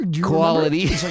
quality